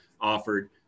offered